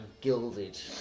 gilded